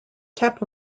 tap